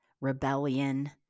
rebellion